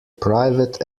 private